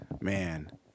man